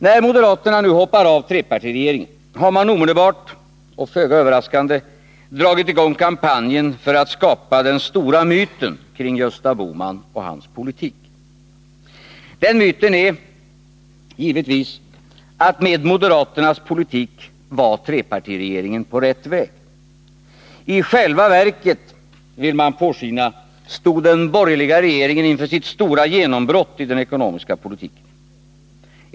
När moderaterna nu hoppar av trepartiregeringen har man omedelbart och föga överraskande dragit i gång kampanjen för att skapa den stora myten kring Gösta Bohman och hans politik. Den myten är, givetvis, att med moderaternas politik var trepartiregeringen på rätt väg. I själva verket stod, vill man påskina, den borgerliga regeringen inför sitt stora genombrott i den ekonomiska politiken.